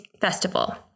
Festival